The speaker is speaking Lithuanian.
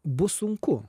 bus sunku